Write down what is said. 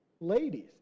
ladies